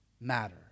matter